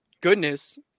goodness –